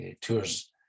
tours